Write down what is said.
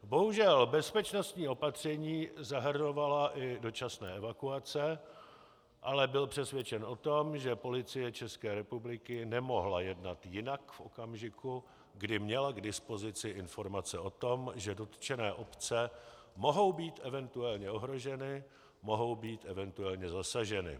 Bohužel bezpečnostní opatření zahrnovala i dočasné evakuace, ale byl přesvědčen o tom, že Policie České republiky nemohla jednat jinak v okamžiku, kdy měla k dispozici informace o tom, že dotčené obce mohou být eventuálně ohroženy, mohou být eventuálně zasaženy.